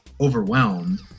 overwhelmed